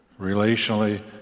relationally